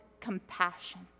compassion